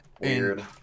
Weird